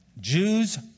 Jews